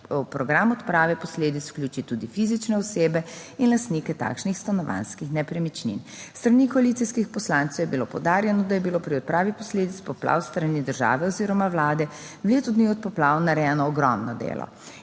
program odprave posledic vključi tudi fizične osebe in lastnike takšnih stanovanjskih nepremičnin. S strani koalicijskih poslancev je bilo poudarjeno, da je bilo pri odpravi posledic poplav s strani države oziroma Vlade v letu dni od poplav narejeno ogromno delo.